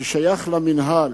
ששייך למינהל,